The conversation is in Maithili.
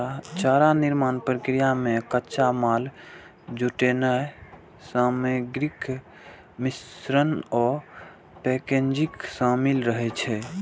चारा निर्माण प्रक्रिया मे कच्चा माल जुटेनाय, सामग्रीक मिश्रण आ पैकेजिंग शामिल रहै छै